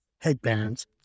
headbands